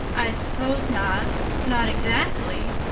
i suppose not not exactly,